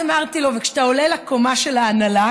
אז אמרתי לו: וכשאתה עולה לקומה של ההנהלה?